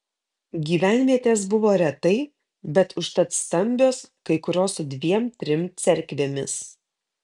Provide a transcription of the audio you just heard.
gyvenvietės buvo retai bet užtat stambios kai kurios su dviem trim cerkvėmis